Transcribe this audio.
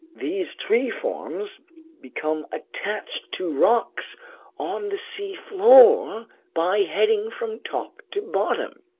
these tree forms become attached to rocks on the seafloor by heading from top to bottom.